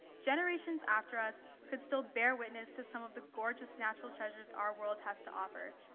generations after us could still bear witness to some of the gorgeous natural treasures our world has to offer,